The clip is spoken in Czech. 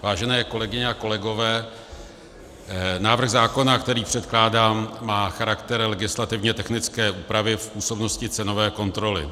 Vážené kolegyně a kolegové, návrh zákona, který předkládám, má charakter legislativně technické úpravy v působnosti cenové kontroly.